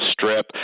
Strip